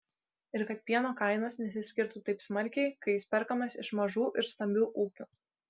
ir kad pieno kainos nesiskirtų taip smarkiai kai jis perkamas iš mažų ir stambių ūkių